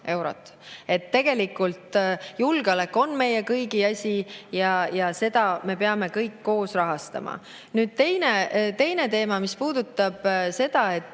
eurot. Tegelikult on julgeolek meie kõigi asi ja seda me peame kõik koos rahastama. Nüüd teine teema, mis puudutab seda, et